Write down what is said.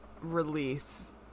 release